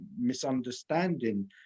misunderstanding